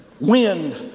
Wind